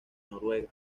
noruega